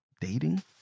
dating